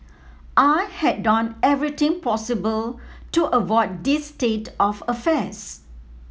I had done everything possible to avoid this state of affairs